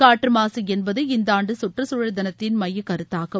காற்று மாசு என்பது இந்த ஆண்டு கற்றுக்குழல் தினத்தின் மைய கருத்தாகும்